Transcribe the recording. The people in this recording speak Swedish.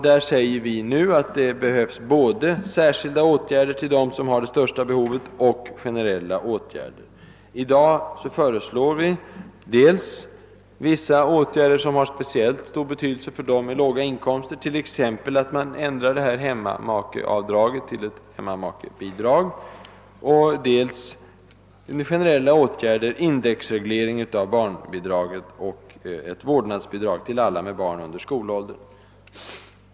Vi svarar att det nu behövs särskilda åtgärder till dem som har det största behovet av generella åtgärder. I dag föreslår vi dels vissa åtgärder som har speciellt stor betydelse för dem som har låga inkomster, t.ex. att hemmamakeavdraget ändras till ett hemmamakebidrag, dels generella åtgärder, såsom indexreglering av barnbidraget samt ett vårdnadsbidrag, att utgå till alla med barn under skolåldern.